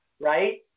right